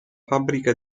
fabbrica